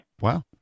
Wow